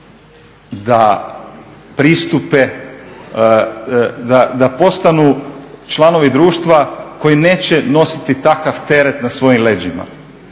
da pristupe da postanu članovi društva koji neće nositi takav teret na svojim leđima.